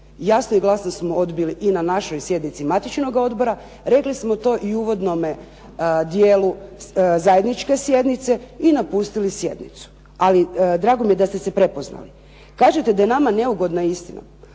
Jasno i glasno smo odbili i na našoj sjednici matičnog odbora, rekli smo to i u uvodnome dijelu zajedničke sjednice i napustili sjednicu. Ali drago mi je da ste se prepoznali. Kažete da je nama neugodna istina.